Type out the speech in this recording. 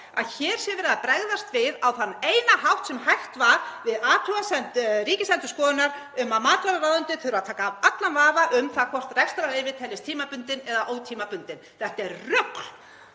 að hér sé verið að bregðast við á þann eina hátt sem hægt var við athugasemd Ríkisendurskoðunar um að matvælaráðuneyti þurfi að taka af allan vafa um það hvort rekstrarleyfi teljist tímabundin eða ótímabundin. Þetta er rugl,